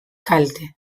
kalte